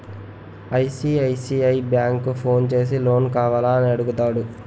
ICICI bank phone చేసి loan కావాల అని అడుగుతాడు